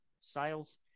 sales